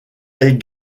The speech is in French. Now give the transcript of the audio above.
est